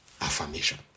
Affirmation